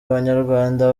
abanyarwanda